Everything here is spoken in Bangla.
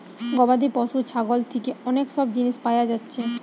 গবাদি পশু ছাগল থিকে অনেক সব জিনিস পায়া যাচ্ছে